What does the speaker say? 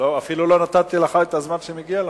אפילו לא נתתי לך את הזמן שמגיע לך.